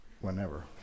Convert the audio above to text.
whenever